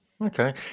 Okay